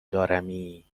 دارمی